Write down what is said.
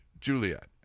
Juliet